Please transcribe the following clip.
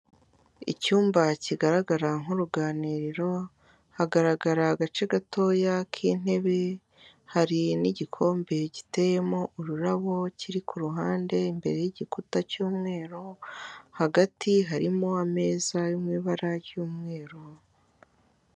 Icyumba kigaragara nk'uruganiriro, hagaragara agace gatoya k'intebe, hari n'igikombe giteyemo ururabo kiri ku ruhande, imbere y'igikuta cy'umweru, hagati harimo ameza yo mu ibara ry'umweru.